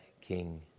King